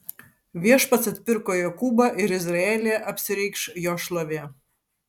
viešpats atpirko jokūbą ir izraelyje apsireikš jo šlovė